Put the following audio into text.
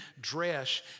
dress